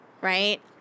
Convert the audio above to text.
right